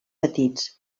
petits